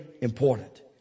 important